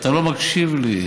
אתה לא מקשיב לי.